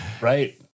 Right